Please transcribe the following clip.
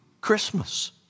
Christmas